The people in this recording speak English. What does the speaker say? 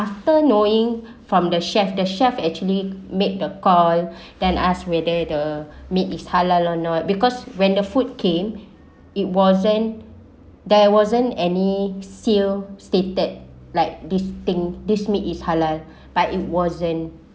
after knowing from the chef the chef actually made the call than ask whether the meat is halal or not because when the food came it wasn't there wasn't any sell stated like this thing this meat is halal but it wasn't